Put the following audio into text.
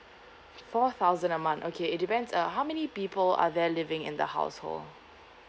four thousand a month okay it depends uh how many people are there living in the household